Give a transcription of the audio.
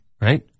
right